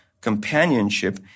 companionship